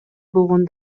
болгон